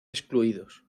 excluidos